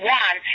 one